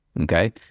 okay